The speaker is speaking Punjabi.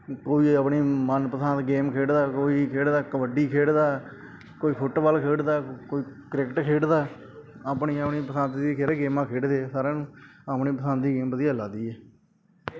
ਕੋਈ ਆਪਣੀ ਮਨ ਪਸੰਦ ਗੇਮ ਖੇਡਦਾ ਕੋਈ ਖੇਡਦਾ ਕਬੱਡੀ ਖੇਡਦਾ ਕੋਈ ਫੁਟਬਾਲ ਖੇਡਦਾ ਕੋਈ ਕ੍ਰਿਕਟ ਖੇਡਦਾ ਆਪਣੀ ਆਪਣੀ ਪਸੰਦ ਦੀ ਖੇਡ ਗੇਮਾਂ ਖੇਡਦੇ ਆ ਸਾਰਿਆਂ ਨੂੰ ਆਪਣੀ ਪਸੰਦ ਦੀ ਗੇਮ ਵਧੀਆ ਲੱਗਦੀ ਆ